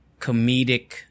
comedic